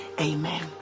Amen